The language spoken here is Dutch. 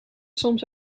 soms